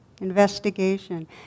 investigation